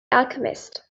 alchemist